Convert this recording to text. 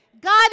God